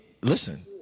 Listen